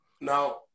Now